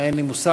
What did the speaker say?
אין לי מושג.